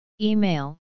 Email